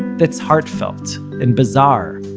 that's heartfelt, and bizarre,